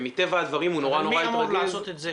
ומטבע הדברים הוא נורא נורא יתרגז --- ומי אמור לעשות את זה,